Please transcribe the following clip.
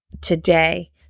today